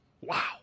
Wow